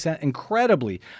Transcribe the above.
incredibly